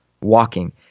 walking